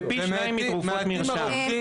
זה פי 2 מתרופות מרשם.